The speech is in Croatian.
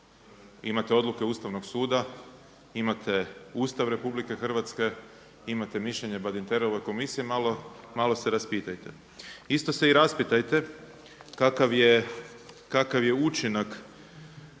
Imate odluke Ustavnog suda, imate Ustav Republike Hrvatske, imate mišljenje Badinterove komisije. Malo se raspitajte. Isto se i raspitajte kakav je učinak